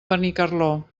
benicarló